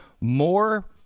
more